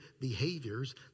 behaviors